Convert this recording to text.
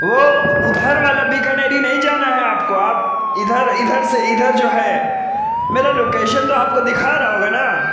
وہ ادھر والا بیکانیری نہیں جانا ہے آپ کو آپ ادھر ادھر سے ادھر جو ہے میرا لوکیشن تو آپ کو دکھا رہا ہوگا نا